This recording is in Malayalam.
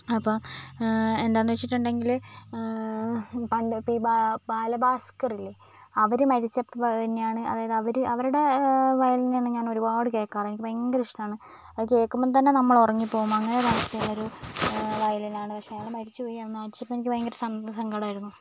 അപ്പം എന്താണെന് വെച്ചിട്ടുണ്ടെങ്കിൽ പണ്ടത്തെ ബാ ബാലഭാസ്കർ ഇല്ലേ അവർ മരിച്ചപ്പം പിന്നെയാണ് അതായത് അവർ അവരുടെ വയലിൻ ആണ് ഞാൻ ഒരുപാട് കേൾക്കാറ് എനിക്ക് ഭയങ്കര ഇഷ്ടമാണ് അത് കേൾക്കുമ്പം തന്നെ നമ്മൾ ഉറങ്ങിപ്പോവും അങ്ങനെയൊരു അവസ്ഥയിലൊരു വയലിൻ ആണ് പക്ഷേ അയാൾ മരിച്ചുപോയി ആ മരിച്ചപ്പം എനിക്ക് ഭയങ്കര സങ്ക സങ്കടമായിരുന്നു